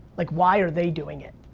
like why are they doing it?